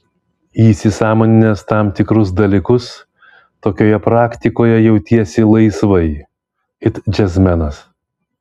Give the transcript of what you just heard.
įsisąmoninęs tam tikrus dalykus tokioje praktikoje jautiesi laisvai it džiazmenas